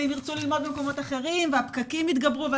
ואם ירצו ללמוד במקומות אחרים והפקקים יתגברו?